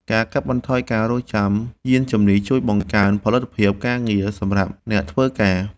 ការកាត់បន្ថយការរង់ចាំយានជំនិះ ជួយបង្កើនផលិតភាពការងារសម្រាប់អ្នកធ្វើការ។